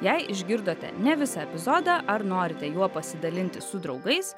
jei išgirdote ne visą epizodą ar norite juo pasidalinti su draugais